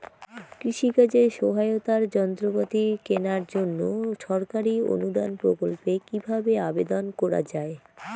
কৃষি কাজে সহায়তার যন্ত্রপাতি কেনার জন্য সরকারি অনুদান প্রকল্পে কীভাবে আবেদন করা য়ায়?